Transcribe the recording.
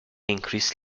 increased